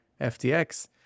FTX